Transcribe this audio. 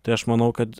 tai aš manau kad